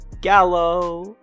Gallo